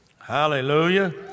hallelujah